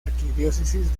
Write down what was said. arquidiócesis